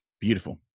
beautiful